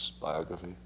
biography